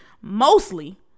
Mostly